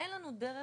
אין לנו דרך